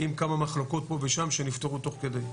עם כמה מחלוקות פה ושם שנפתרו תוך כדי.